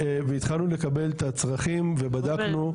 והתחלנו לקבל את הצרכים ובדקנו.